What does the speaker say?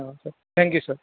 thank you sir